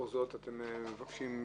התיקון שמבוקש הוא